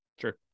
Sure